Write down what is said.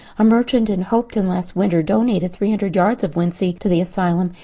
a merchant in hopeton last winter donated three hundred yards of wincey to the asylum.